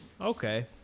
Okay